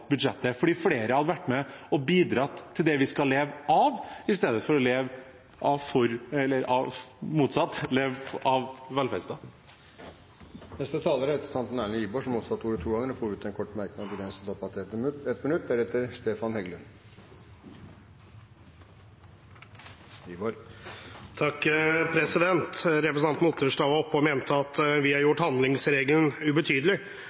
fordi flere hadde vært med og bidratt til det vi skal leve av, i stedet for det motsatte: å leve av velferdsstaten. Representanten Erlend Wiborg har hatt ordet to ganger tidligere og får ordet til en kort merknad, begrenset til 1 minutt. Representanten Otterstad var oppe og sa at vi har gjort handlingsregelen ubetydelig.